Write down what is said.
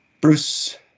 Bruce